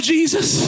Jesus